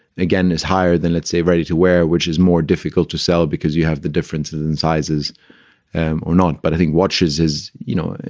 again, it's higher than, let's say, ready to wear, which is more difficult to sell because you have the differences in sizes or not. but i think watches, as you know,